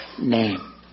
name